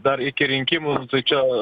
dar iki rinkimų tai čia